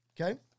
Okay